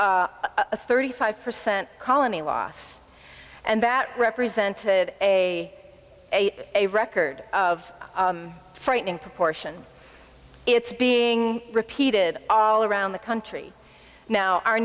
a thirty five percent colony loss and that represented a a a record of frightening proportion it's being repeated all around the country now